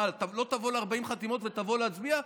מה, לא תבוא ל-40 חתימות ותבוא להצביע?